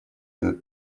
этот